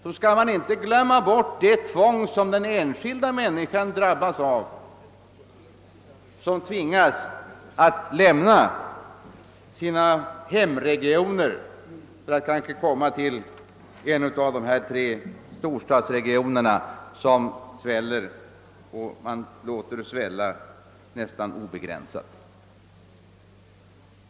får man inte glömma bort det tvång som den enskilda människan drabbas av när hon tvingas att lämna sin hemort för att kanske flytta till en av dessa tre storstadsregioner, som man låter svälla nästan obegränsat.